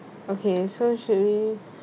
okay so should we